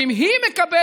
ואם היא מקבלת